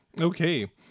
Okay